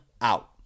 out